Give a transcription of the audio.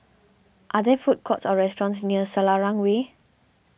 are there food courts or restaurants near Selarang Way